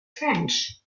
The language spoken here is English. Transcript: french